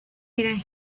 eran